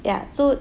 ya so